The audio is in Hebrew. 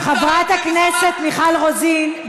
חברת הכנסת מיכל רוזין,